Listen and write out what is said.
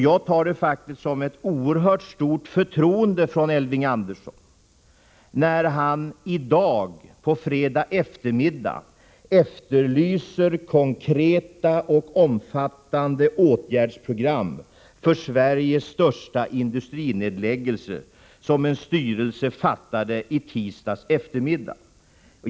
Jag tar det faktiskt som ett oerhört stort förtroende från Elving Andersson när han i dag, fredag eftermiddag, efterlyser konkreta och omfattande åtgärdsprogram för Sveriges största industrinedläggelse, som en styrelse fattade beslut om i tisdags eftermiddag.